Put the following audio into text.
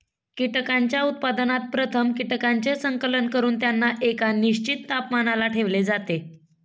कीटकांच्या उत्पादनात प्रथम कीटकांचे संकलन करून त्यांना एका निश्चित तापमानाला ठेवले जाते